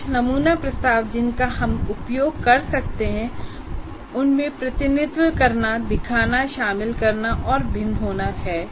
कुछ नमूना प्रस्ताव जिनका हम उपयोग कर सकते हैं उनमें प्रतिनिधित्व करना दिखाना शामिल करना और भिन्न होना है